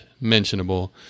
mentionable